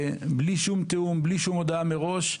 בלי שום תיאום, בלי שום הודעה מראש.